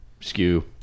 skew